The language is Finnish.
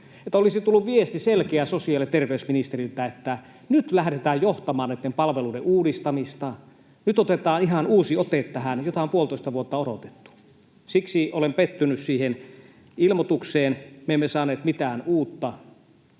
olisi tullut selkeä viesti sosiaali- ja terveysministeriltä, että nyt lähdetään johtamaan näitten palveluiden uudistamista ja nyt otetaan tähän ihan uusi ote, jota on puolitoista vuotta odotettu. Siksi olen pettynyt siihen ilmoitukseen. Me emme saaneet mitään uutta.